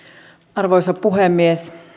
arvoisa puhemies